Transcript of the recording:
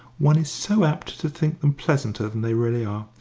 one is so apt to think them pleasanter than they really are.